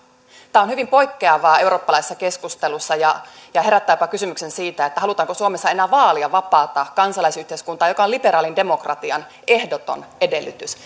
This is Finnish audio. tämä on hyvin poikkeavaa eurooppalaisessa keskustelussa ja ja herättää jopa kysymyksen halutaanko suomessa enää vaalia vapaata kansalaisyhteiskuntaa joka on liberaalin demokratian ehdoton edellytys